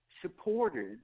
supported